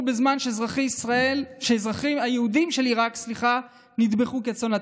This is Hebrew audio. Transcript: בזמן שהאזרחים היהודים של עיראק נטבחו כצאן.